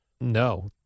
No